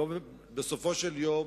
בסופו של יום,